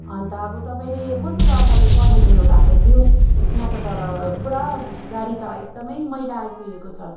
अन्त अब तपाईँले कस्तो प्रकारले पठाइदिनु भएको थियो यहाँ त तर पुरा गाडी त एकदमै मैला आइपुगेको छ